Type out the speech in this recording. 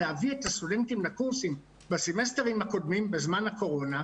להביא את הסטודנטים לקורסים בסמסטרים הקודמים בזמן הקורונה,